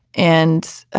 and